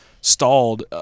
stalled